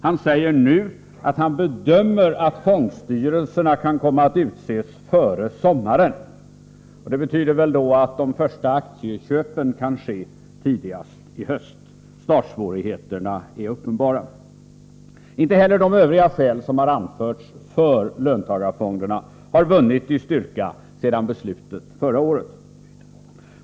Han säger nu att han bedömer att fondstyrelserna skall komma att utses före sommaren. Det betyder väl att de första aktieköpen kan göras tidigast i höst. Startsvårigheterna är uppenbara. Inte heller de övriga skäl som har anförts för löntagarfonderna har vunnit i styrka sedan beslutet förra året.